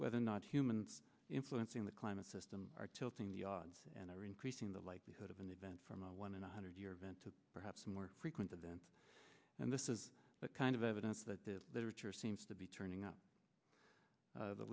whether or not humans influencing the climate system are tilting the odds and are increasing the likelihood of an event from a one in a hundred year event to perhaps a more frequent event and this is the kind of evidence that the literature seems to be turning